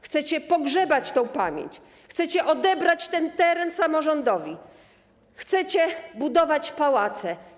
Chcecie pogrzebać tę pamięć, chcecie odebrać ten teren samorządowi, chcecie budować pałace.